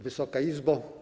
Wysoka Izbo!